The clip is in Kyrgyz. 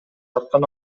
тарткан